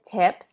tips